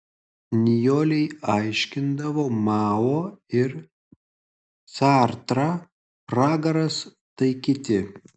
nijolei aiškindavo mao ir sartrą pragaras tai kiti